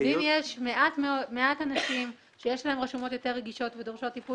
ואם יש מעט אנשים שיש להם רשומות יותר רגישות ודורשות טיפול